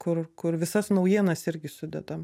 kur kur visas naujienas irgi sudedam